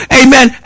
amen